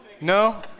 No